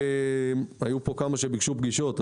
היו פה כמה ביקשו פגישות,